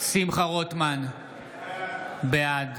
שמחה רוטמן, בעד